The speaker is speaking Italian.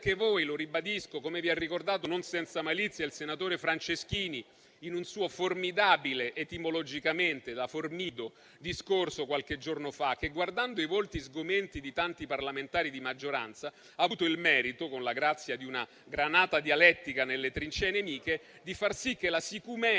anche voi, e lo ribadisco. Come vi ha ricordato, non senza malizia, il senatore Franceschini in un suo formidabile (etimologicamente, dal latino *formido*) discorso qualche giorno fa, che, guardando i volti sgomenti di tanti parlamentari di maggioranza, ha avuto il merito, con la grazia di una granata dialettica nelle trincee nemiche, di far sì che la sicumera